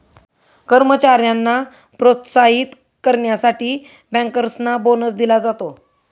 कर्मचाऱ्यांना प्रोत्साहित करण्यासाठी बँकर्सना बोनस दिला जातो